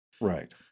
Right